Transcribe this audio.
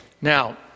Now